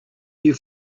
you